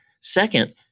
Second